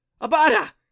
Abada